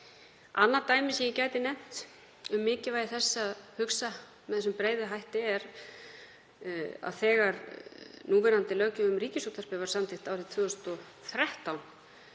Annað dæmi sem ég gæti nefnt um mikilvægi þess að hugsa með þessum breiða hætti er að þegar núverandi löggjöf um Ríkisútvarpið var samþykkt árið 2013